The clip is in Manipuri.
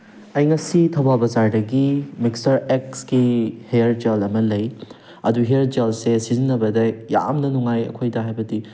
ꯑꯩ ꯉꯁꯤ ꯊꯧꯕꯥꯜ ꯕꯖꯥꯔꯗꯒꯤ ꯃꯤꯁꯇꯔ ꯑꯦꯛꯁꯀꯤ ꯍꯦꯌꯔ ꯖꯦꯜ ꯑꯃ ꯂꯩ ꯑꯗꯣ ꯍꯦꯌꯔ ꯖꯦꯜꯁꯦ ꯁꯤꯖꯟꯅꯕꯗ ꯌꯥꯝꯅ ꯅꯨꯉꯥꯏ ꯑꯩꯈꯣꯏꯗ ꯍꯥꯏꯕꯗꯤ